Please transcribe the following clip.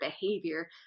behavior